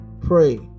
Pray